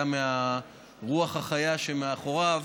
היה הרוח החיה שמאחוריו,